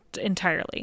entirely